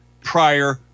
prior